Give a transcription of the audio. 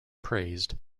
praised